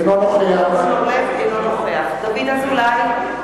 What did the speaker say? אינו נוכח דוד אזולאי,